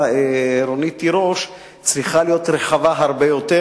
רונית תירוש צריכה להיות רחבה הרבה יותר,